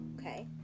okay